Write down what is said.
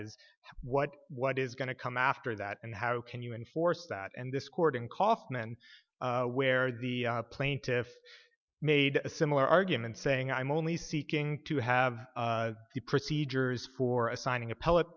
is what what is going to come after that and how can you enforce that and this court in kaufman where the plaintiffs made a similar argument saying i'm only seeking to have procedures for assigning appell